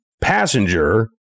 passenger